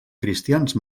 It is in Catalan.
cristians